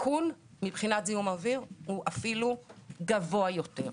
הסיכון מבחינת זיהום אוויר הוא אפילו גבוה יותר.